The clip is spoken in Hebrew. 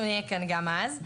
אנחנו נהיה כאן גם אז.